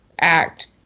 act